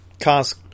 cars